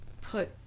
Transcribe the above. Put